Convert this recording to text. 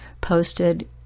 posted